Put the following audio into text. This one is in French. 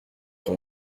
ton